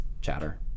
chatter